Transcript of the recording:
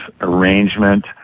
arrangement